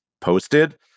posted